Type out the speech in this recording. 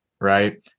right